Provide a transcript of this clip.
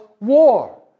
war